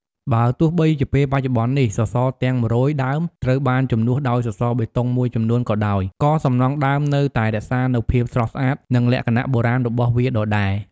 បើទោះបីជាពេលបច្ចុប្បន្ននេះ សសរទាំង ១០០ ដើមត្រូវបានជំនួសដោយសសរបេតុងមួយចំនួនក៏ដោយ ក៏សំណង់ដើមនៅ តែរក្សានូវភាពស្រស់ស្អាត និងលក្ខណៈបុរាណរបស់វាដដែល ។